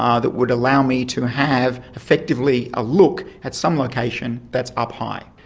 um that would allow me to have effectively a look at some location that's up high.